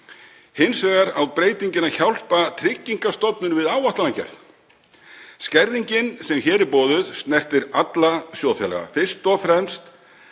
Hins vegar á breytingin að hjálpa Tryggingastofnun við áætlunargerð. Skerðingin sem hér er boðuð snertir alla sjóðfélaga, fyrst og fremst